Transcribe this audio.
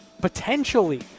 potentially